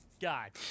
God